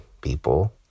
people